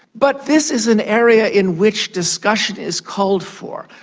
but this is an area in which discussion is called for.